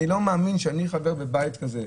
אני לא מאמין שאני חבר בבית כזה,